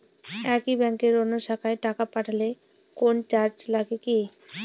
একই ব্যাংকের অন্য শাখায় টাকা পাঠালে কোন চার্জ লাগে কি?